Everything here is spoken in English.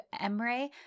Emre